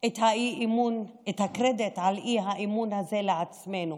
את הקרדיט על האי-אמון הזה לעצמנו.